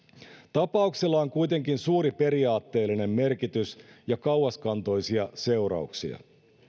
tapauksella on kuitenkin suuri periaatteellinen merkitys ja kauaskantoisia seurauksia